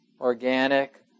organic